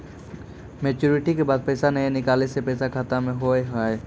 Maturity के बाद पैसा नए निकले से पैसा खाता मे की होव हाय?